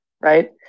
right